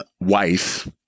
wife